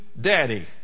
daddy